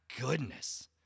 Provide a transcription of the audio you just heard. goodness